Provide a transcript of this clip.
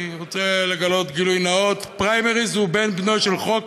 אני רוצה לגלות גילוי נאות: פריימריז הוא בן-בנו של חוק